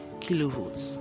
kilovolts